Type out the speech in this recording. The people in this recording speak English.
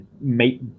make